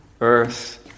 earth